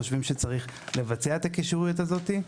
חושבים שצריך לבצע את הקישוריות הזאת.